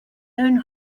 own